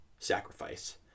sacrifice